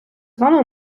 вами